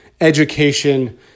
education